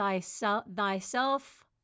thyself